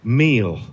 meal